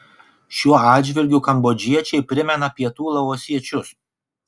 šiuo atžvilgiu kambodžiečiai primena pietų laosiečius